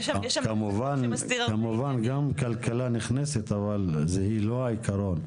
כמובן שגם כלכלה נכנסת אבל היא לא העיקר.